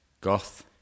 Goth